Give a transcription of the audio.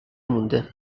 مونده